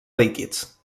líquids